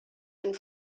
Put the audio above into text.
and